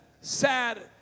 sad